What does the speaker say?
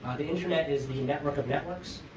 the internet is the network of networks.